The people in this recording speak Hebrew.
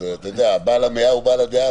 אז בעל המאה הוא בעל הדעה,